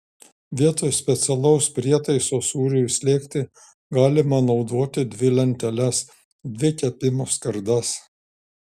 vietoj specialaus prietaiso sūriui slėgti galima naudoti dvi lenteles dvi kepimo skardas